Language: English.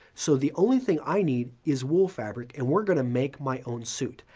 so the only thing i need is wool fabric and we're going to make my own suit.